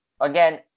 Again